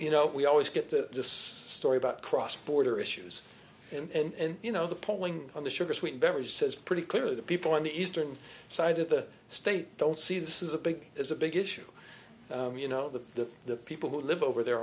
you know we always get to this story about cross border issues and you know the polling on the sugar sweet beverage says pretty clearly the people in the eastern side of the state don't see this is a big is a big issue you know the the people who live over there